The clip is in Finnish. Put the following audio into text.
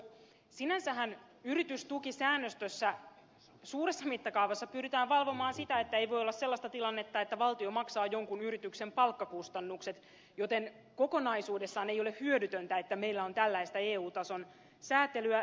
sinänsähän yritystukisäännöstössä suuressa mittakaavassa pyritään valvomaan sitä että ei voi olla sellaista tilannetta että valtio maksaa jonkun yrityksen palkkakustannukset joten kokonaisuudessaan ei ole hyödytöntä että meillä on tällaista eu tason säätelyä